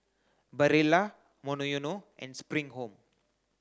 Barilla Monoyono and Spring Home